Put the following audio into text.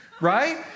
right